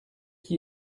qui